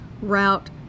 Route